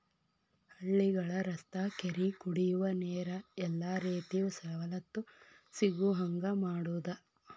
ಹಳ್ಳಿಗಳ ರಸ್ತಾ ಕೆರಿ ಕುಡಿಯುವ ನೇರ ಎಲ್ಲಾ ರೇತಿ ಸವಲತ್ತು ಸಿಗುಹಂಗ ಮಾಡುದ